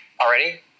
already